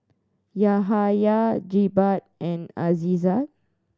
Yahaya Jebat and Aizat